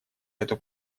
эту